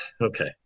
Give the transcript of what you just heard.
Okay